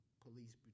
police